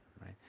right